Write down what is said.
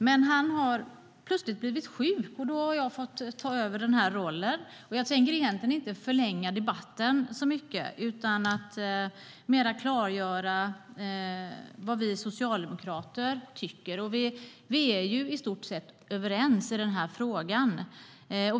Men han har plötsligt blivit sjuk, och då har jag fått ta över den här rollen. Vi är ju i stort sett överens i den här frågan.